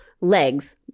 legs